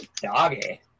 doggy